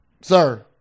Sir